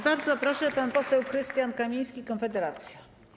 Bardzo proszę, pan poseł Krystian Kamiński, Konfederacja.